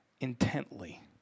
intently